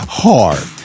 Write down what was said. hard